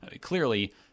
clearly